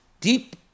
deep